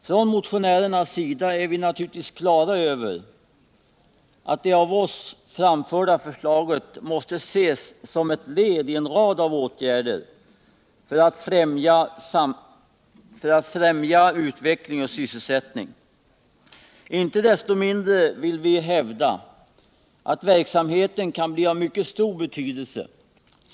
Från motionärernas sida är vi naturligtvis på det klara med att det av oss framförda förslaget måste ses som ett led i en rad av åtgärder för att främja utveckling och sysselsättning. Inte desto mindre vill vi hävda att verksamheten kan bli av mycket stor betydelse.